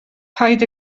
paid